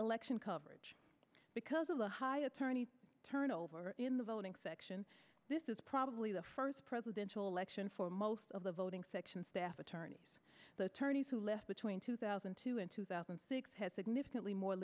election coverage because of the high attorney turnover in the voting section this is probably the first presidential election for most of the voting section staff attorneys the attorneys who left between two thousand and two and two thousand and six had significantly more